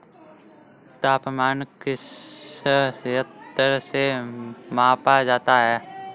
तापमान किस यंत्र से मापा जाता है?